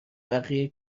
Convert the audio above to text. بقیه